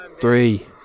Three